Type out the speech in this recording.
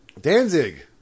Danzig